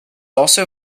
also